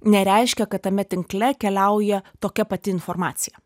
nereiškia kad tame tinkle keliauja tokia pati informacija